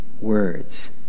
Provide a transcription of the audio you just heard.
words